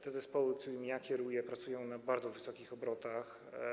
Te zespoły, którymi ja kieruję, pracują na bardzo wysokich obrotach.